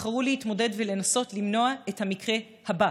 בחרו להתמודד ולנסות למנוע את המקרה הבא.